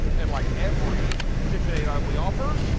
and like every kitchenaid item we offer,